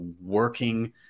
working